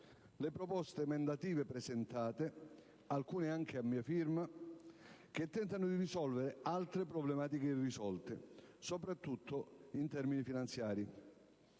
le proposte emendative presentate, alcune anche a mia firma, che tentano di ovviare ad altre problematiche irrisolte, soprattutto in termini finanziari.